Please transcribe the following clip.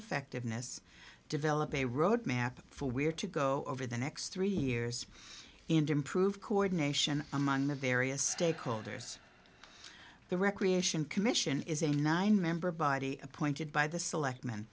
effectiveness develop a road map for where to go over the next three years and improve coordination among the various stakeholders the recreation commission is a nine member body appointed by the select